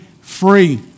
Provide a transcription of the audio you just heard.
free